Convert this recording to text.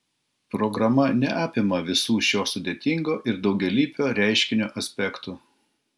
programa neapima visų šio sudėtingo ir daugialypio reiškinio aspektų